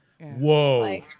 Whoa